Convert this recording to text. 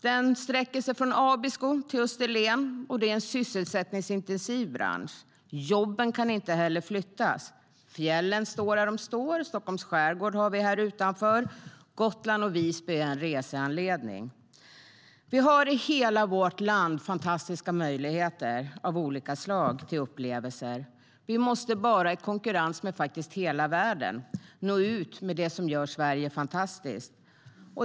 Den sträcker sig från Abisko till Österlen och är en sysselsättningsintensiv bransch. Jobben kan inte heller flyttas: Fjällen står där de står, Stockholms skärgård har vi här utanför och Gotland och Visby är en reseanledning. Vi har i hela vårt land fantastiska möjligheter till upplevelser av olika slag. Vi måste bara i konkurrens med faktiskt hela världen nå ut med det som gör Sverige fantastiskt.